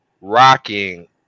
rocking